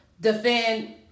defend